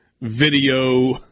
video